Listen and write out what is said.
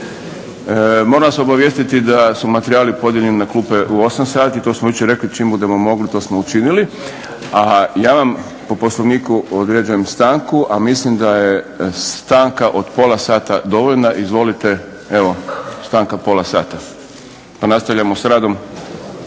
Moram vas obavijestiti da su materijali podijeljeni na klupe u 8 sati. To smo jučer rekli čim budemo mogli to smo učinili, a ja vam po Poslovniku određujem stanku, a mislim da je stanka od pola sata dovoljna. Izvolite evo stanka pola sata, pa nastavljamo s radom